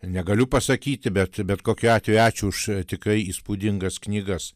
negaliu pasakyti bet bet kokiu atveju ačiū už tikrai įspūdingas knygas